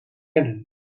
kennen